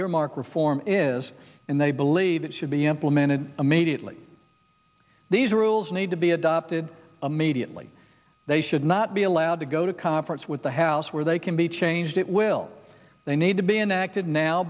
earmark reform is and they believe it should be implemented immediately these rules need to be adopted a mediately they should not be allowed to go to conference with the house where they can be changed it will they need to be enacted now